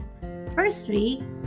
firstly